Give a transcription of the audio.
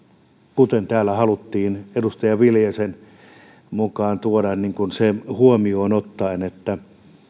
kuten täällä haluttiin edustaja viljasen mukaan tuoda se huomioon ottaen että